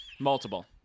Multiple